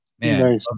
Man